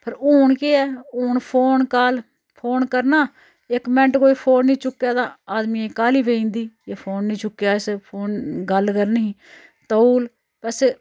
पर हून केह् ऐ हून फोन काल फोन करना इक मैंट्ट कोई फोन नी चुक्कै तां आदमियै गी काह्ली पेई जंदी जे फोन नी चुक्केआ सा फोन गल्ल करनी ही तौल बस